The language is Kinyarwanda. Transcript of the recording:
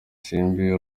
isimbi